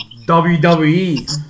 WWE